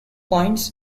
points